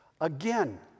again